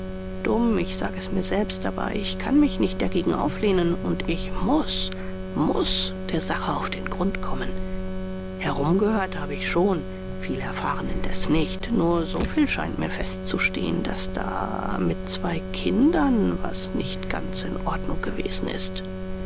dumm ich sage es mir selbst aber ich kann mich nicht dagegen auflehnen und ich muß muß der sache auf den grund kommen herumgehört habe ich schon viel erfahren indes nicht nur soviel scheint mit festzustehen daß da mit zwei kindern was nicht ganz in ordnung gewesen ist